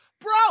Bro